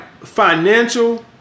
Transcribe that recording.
financial